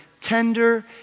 tender